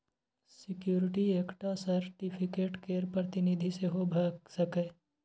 security एकटा certificate केर प्रतिनिधि सेहो भ सकैए